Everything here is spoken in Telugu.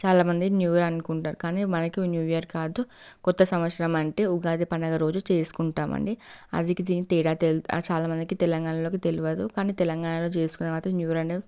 చాలామంది న్యూ ఇయర్ అనుకుంటారు కానీ మనకు న్యూ ఇయర్ కాదు కొత్త సంవత్సరం అంటే ఉగాది పండగ రోజు చేసుకుంటామండి అదికి దీనికి తేడా తే చాలా మందికి తెలంగాణలో తెలవదు కానీ తెలంగాణలో చేసుకునేది మాత్రం న్యూ ఇయర్ అండి